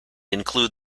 include